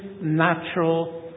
natural